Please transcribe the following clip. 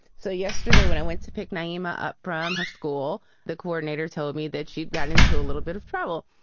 so yesterday when i went to pick naima up from her school, the coordinator told me that she got into a little bit of trouble.